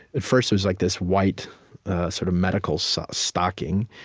at first, it was like this white sort of medical so stocking,